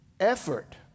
effort